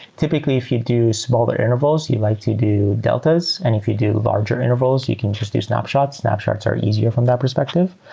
typically, if you do smaller intervals, you like to do deltas. and if you do larger intervals, you can just do snapshot. snapshots are easier from that perspective,